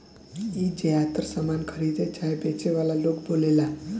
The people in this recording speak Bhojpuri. ई ज्यातर सामान खरीदे चाहे बेचे वाला लोग बोलेला